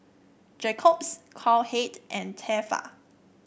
Jacob's Cowhead and Tefal